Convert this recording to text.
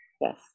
Yes